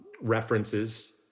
references